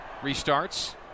restarts